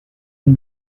une